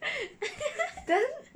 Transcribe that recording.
then